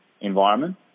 environment